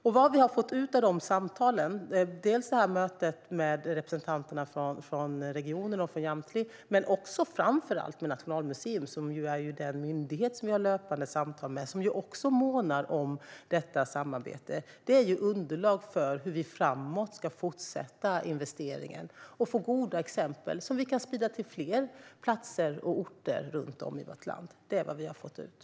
Det vi har fått ut av samtalen, dels med representanterna för regionen och Jamtli, dels med Nationalmuseum, som ju är den myndighet som vi har löpande samtal med och som också månar om detta samarbete, är underlag för hur vi framåt ska fortsätta investeringen och få goda exempel som vi kan sprida till fler orter och platser runt om i vårt land.